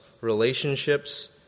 relationships